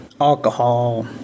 alcohol